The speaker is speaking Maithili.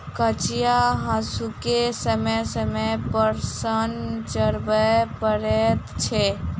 कचिया हासूकेँ समय समय पर सान चढ़बय पड़ैत छै